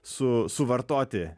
su suvartoti